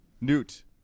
Newt